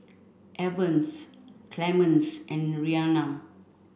Evans Clemence and Rianna